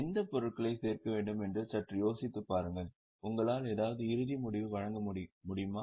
எந்த பொருட்களை சேர்க்க வேண்டும் என்று சற்று யோசித்துப் பாருங்கள் உங்களால் ஏதாவது இறுதி முடிவு வழங்க முடியுமா